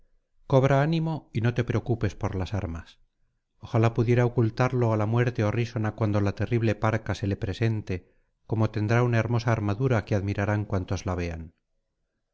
cobra ánimo y no te preocupes por las armas ojalá pudiera ocultarlo á la muerte horrísona cuando la terrible parease le presente como tendrá una hermosa armadura que admirarán cuantos la vean